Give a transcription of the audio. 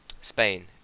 Spain